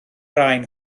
rain